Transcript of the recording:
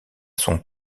son